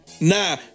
Nah